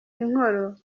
inkoro